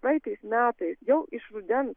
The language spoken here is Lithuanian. praeitais metais jau iš rudens